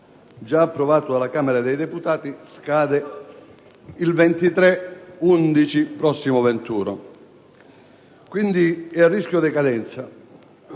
già approvato dalla Camera dei deputati, scade il 23 novembre prossimo, quindi è a rischio decadenza.